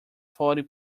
forty